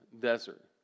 desert